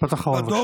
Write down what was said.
משפט אחרון, בבקשה.